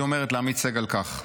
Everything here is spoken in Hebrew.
היא אומרת לעמית סגל כך: